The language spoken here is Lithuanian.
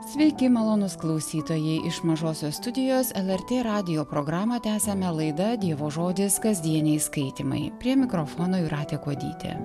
sveiki malonūs klausytojai iš mažosios studijos lrt radijo programą tęsiame laida dievo žodis kasdieniai skaitymai prie mikrofono jūratė kuodytė